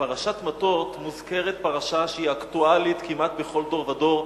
בפרשת מטות מוזכרת פרשה שהיא אקטואלית כמעט בכל דור ודור,